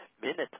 minute